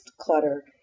clutter